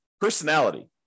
personality